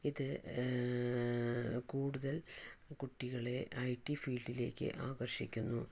ഇത് കൂടുതല് കുട്ടികളെ ഐടി ഫീല്ഡിലേക്ക് ആകര്ഷിക്കുന്നു